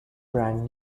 brand